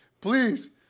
please